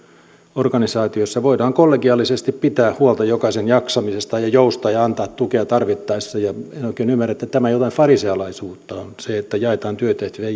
organisaatioissa voidaan kollegiaalisesti pitää huolta jokaisen jaksamisesta ja joustaa ja antaa tukea tarvittaessa ja en oikein ymmärrä että tämä jotain farisealaisuutta on on se että jaetaan työtehtäviä